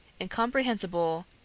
incomprehensible